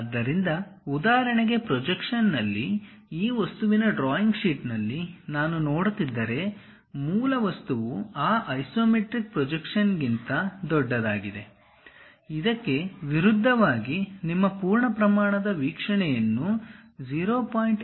ಆದ್ದರಿಂದ ಉದಾಹರಣೆಗೆ ಪ್ರೊಜೆಕ್ಷನ್ನಲ್ಲಿ ಈ ವಸ್ತುವಿನ ಡ್ರಾಯಿಂಗ್ ಶೀಟ್ನಲ್ಲಿ ನಾನು ನೋಡುತ್ತಿದ್ದರೆ ಮೂಲ ವಸ್ತುವು ಆ ಐಸೊಮೆಟ್ರಿಕ್ ಪ್ರೊಜೆಕ್ಷನ್ಗಿಂತ ದೊಡ್ಡದಾಗಿದೆ ಇದಕ್ಕೆ ವಿರುದ್ಧವಾಗಿ ನಿಮ್ಮ ಪೂರ್ಣ ಪ್ರಮಾಣದ ವೀಕ್ಷಣೆಯನ್ನು 0